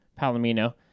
palomino